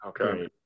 Okay